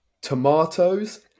tomatoes